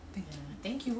thank you